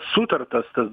sutartas tas